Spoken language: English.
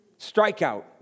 Strikeout